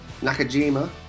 Nakajima